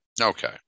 Okay